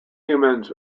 humans